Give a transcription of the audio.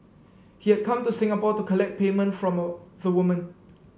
he had come to Singapore to collect payment from the woman